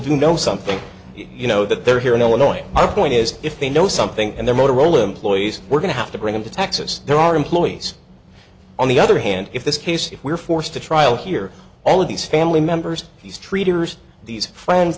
do know something you know that they're here in illinois our point is if they know something and they're motorola employees we're going to have to bring them to texas there are employees on the other hand if this case if we're forced to trial here all of these family members he's treaters these friends